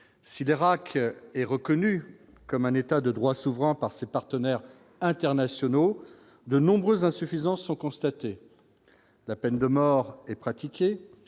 si l'Irak est reconnue comme un État de droit souverain par ses partenaires internationaux de nombreuses insuffisances sont constatés, la peine de mort et pratiquer